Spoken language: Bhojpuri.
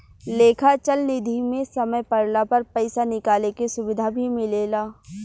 लेखा चल निधी मे समय पड़ला पर पइसा निकाले के सुविधा भी मिलेला